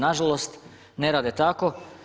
Na žalost, ne rade tako.